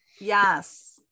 Yes